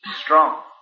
strong